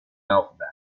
alphabet